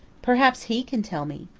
perhaps he can tell me.